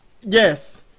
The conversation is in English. Yes